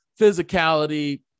physicality